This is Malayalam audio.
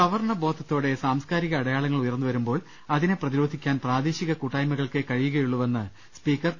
സവർണ്ണ ബോധത്തോടെ സാംസ്കാരിക അടയാളങ്ങൾ ഉയർന്നുവരു മ്പോൾ അതിനെ പ്രതിരോധിക്കാൻ പ്രാദേശിക കൂട്ടായ്മകൾക്കേ കഴിയുകയുള്ളൂ വെന്ന് സ്പീക്കർ പി